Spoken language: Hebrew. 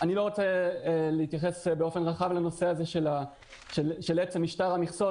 אני לא רוצה להתייחס באופן רחב לעצם משטר המכסות,